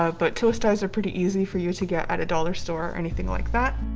ah but twist ties are pretty easy for you to get at a dollar store or anything like that.